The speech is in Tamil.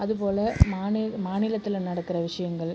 அதுபோல் மாநி மாநிலத்தில் நடக்கிற விஷயங்கள்